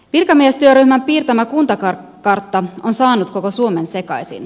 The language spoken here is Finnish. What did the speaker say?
virkamiestyöryhmän piirtämä kuntakartta on saanut koko suomen sekaisin